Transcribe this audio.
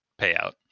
payout